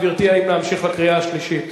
גברתי, האם להמשיך לקריאה השלישית?